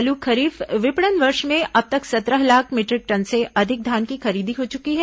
चालू खरीफ विपणन वर्ष में अब तक सत्रह लाख मीटरिक टन से अधिक धान की खरीदी हो चुकी है